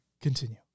Continue